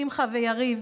שמחה ויריב,